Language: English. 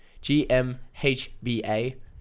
G-M-H-B-A